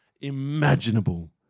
imaginable